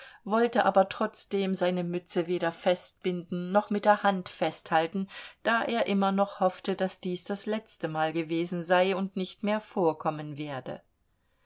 wollte aber trotzdem seine mütze weder festbinden noch mit der hand festhalten da er immer noch hoffte daß dies das letztemal gewesen sei und nicht mehr vorkommen werde